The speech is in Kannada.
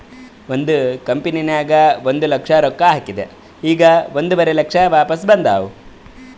ಒಂದ್ ಕಂಪನಿನಾಗ್ ಒಂದ್ ಲಕ್ಷ ರೊಕ್ಕಾ ಹಾಕಿದ್ ಈಗ್ ಒಂದುವರಿ ಲಕ್ಷ ವಾಪಿಸ್ ಬಂದಾವ್